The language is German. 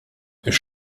ist